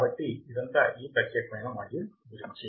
కాబట్టి ఇదంతా ఈ ప్రత్యేకమైన మాడ్యూల్ గురించి